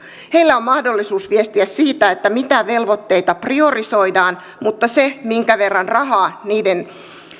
heillä on mahdollisuus viestiä siitä mitä velvoitteita priorisoidaan mutta se päätös minkä verran rahaa niiden